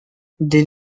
des